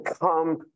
come